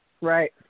Right